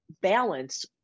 balance